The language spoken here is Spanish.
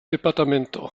departamento